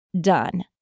done